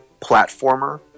platformer